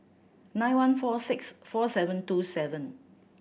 nine one four six four seven two seven